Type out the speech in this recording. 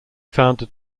founded